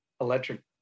electric